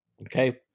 Okay